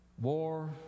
War